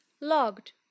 Logged